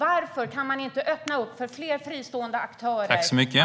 Varför kan man inte öppna för fler fristående aktörer att bedriva utbildning?